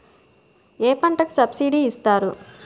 ఏ పంటకు సబ్సిడీ ఇస్తారు?